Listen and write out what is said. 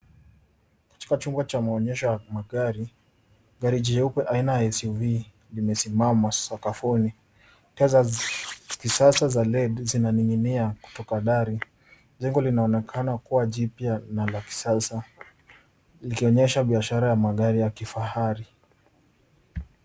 Katika chumba cha maonyesho ya magari, gari jeupe aina ya SUV limesimama sakafuni. Taa za kisasa za led zinaning'inia kutoka dari. Jengo linaonekana kuwa jipya na la kisasa ikionyesha biashara ya magari ya kifahari.